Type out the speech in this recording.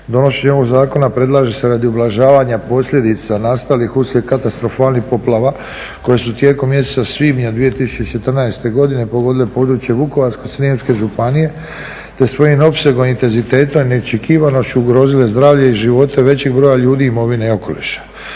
Donošenje ovog zakona predlaže radi ublažavanja posljedica nastalih uslijed katastrofalnih poplava koje su tijekom mjeseca svibnja 2014.pogodile područje Vukovarsko-srijemske županije te svojim opsegom i intenzitetom i neočekivanošću ugrozile zdravlje i živote većeg broja ljudi, imovine i okoliša.